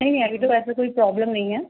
नहीं अभी तो वैसे कोई प्रॉब्लम नहीं है